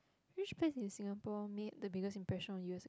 which place in Singapore made the biggest impression on you